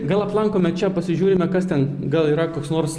gal aplankome čia pasižiūrime kas ten gal yra koks nors